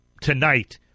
tonight